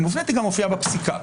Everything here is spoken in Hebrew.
היא גם מופיעה בפסיקה.